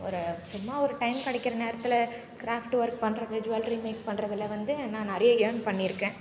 ஒரு சும்மா ஒரு டைம் கிடைக்குற நேரத்தில் கிராஃப்ட் ஒர்க் பண்ணுறது ஜுவல்ரி மேக் பண்ணுறதெல்லாம் வந்து நான் நிறைய இயர்ன் பண்ணியிருக்கேன்